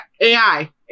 AI